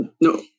No